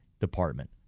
department